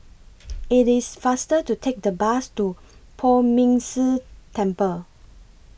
IT IS faster to Take The Bus to Poh Ming Tse Temple